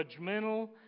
judgmental